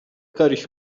کاریش